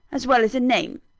as well as in name.